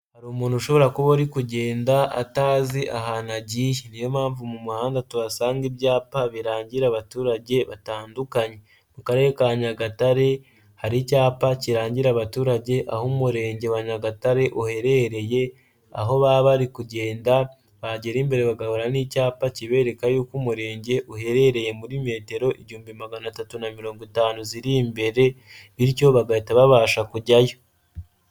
Hari umuntu ushobora kuba uri kugenda atazi ahantu yagiye. Niyo mpamvu mu muhanda tuhasanga ibyapa birangira abaturage batandukanye. Mu karere ka Nyagatare hari icyapa kirangira abaturage aho Umurenge wa Nyagatare uherereye, aho baba bari kugenda bagera imbere bagahura n'icyapa kibereka yuko Umurenge uherereye muri metero igihumbi magana atatu na mirongo itanu ziri imbere; bityo bagahita babasha kujyayo.